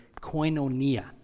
koinonia